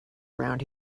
around